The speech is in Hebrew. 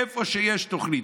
איפה שיש תוכנית.